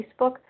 Facebook